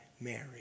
Mary